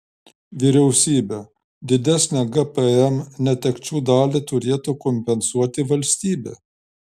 vyriausybė didesnę gpm netekčių dalį turėtų kompensuoti valstybė